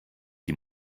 die